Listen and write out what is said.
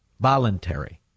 voluntary